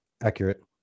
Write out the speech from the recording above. Accurate